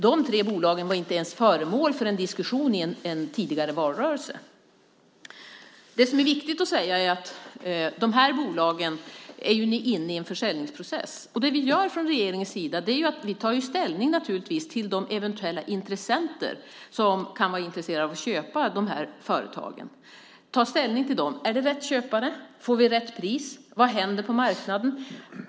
De tre bolagen var inte ens föremål för en diskussion i en tidigare valrörelse. Det som är viktigt att säga är att de här bolagen är inne i en försäljningsprocess. Vi i regeringen tar naturligtvis ställning till eventuella intressenter, till dem som kan vara intresserade av att köpa de här företagen. Är det rätt köpare? Får vi rätt pris? Vad händer på marknaden?